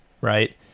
right